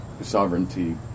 sovereignty